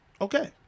okay